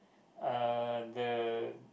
uh the